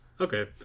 Okay